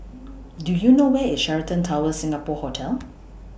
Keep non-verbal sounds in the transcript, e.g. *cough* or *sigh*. *noise* Do YOU know Where IS Sheraton Towers Singapore Hotel